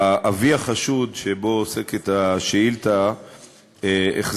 1. אבי החשוד שבו עוסקת השאילתה החזיק,